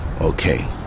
Okay